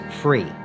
free